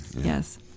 Yes